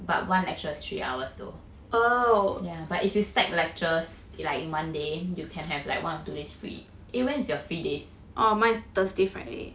but one lecture is three hours though ya but if you stack lectures like monday you can have like one or two days free eh when is your free days